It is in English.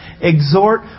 exhort